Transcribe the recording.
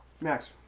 Max